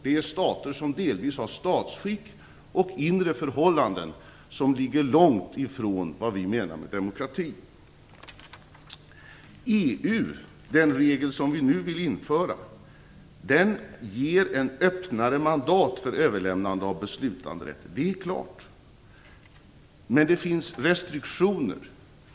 Det är stater som delvis har statsskick och inre förhållanden som ligger långt ifrån vad vi menar med demokrati. EU, den regel som vi nu vill införa, ger ett öppnare mandat för överlämnande av beslutanderätt. Det är helt klart. Men det finns restriktioner.